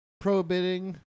prohibiting